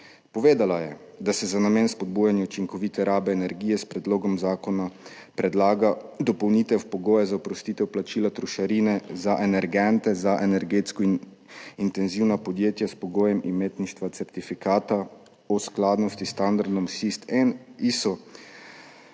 Povedala je, da se za namen spodbujanja učinkovite rabe energije s predlogom zakona predlaga dopolnitev pogoja za oprostitev plačila trošarine za energente za energetsko intenzivna podjetja s pogojem imetništva certifikata o skladnosti s standardom SIST EN ISO